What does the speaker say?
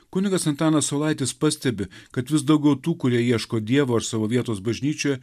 kunigas antanas saulaitis pastebi kad vis daugiau tų kurie ieško dievo ar savo vietos bažnyčioje